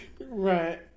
Right